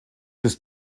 ist